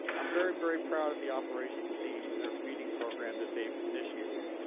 i'm very, very proud of the operations team and their feeding program that they've initiated.